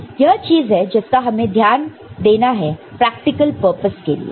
तो यह चीज है जिसका हमें ध्यान देना है प्रैक्टिकल पर्पस के लिए